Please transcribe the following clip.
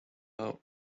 out